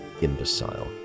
imbecile